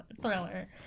thriller